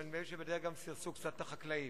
אבל נדמה לי שבדרך גם סירסו קצת את החקלאים.